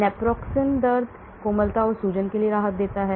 naproxen दर्द कोमलता सूजन से राहत देता है